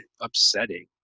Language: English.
upsetting